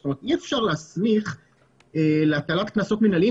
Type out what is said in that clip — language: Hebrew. זאת אומרת אי אפשר להסמיך להטלת קנסות מנהליים